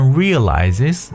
realizes